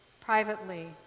privately